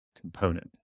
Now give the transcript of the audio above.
component